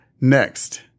Next